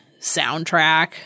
soundtrack